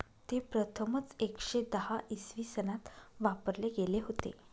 ते प्रथमच एकशे दहा इसवी सनात वापरले गेले होते